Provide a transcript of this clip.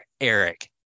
Eric